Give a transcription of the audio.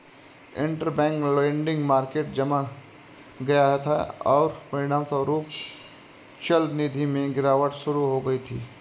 interbank lending market जम गया था, और परिणामस्वरूप चलनिधि में गिरावट शुरू हो गई थी